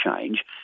change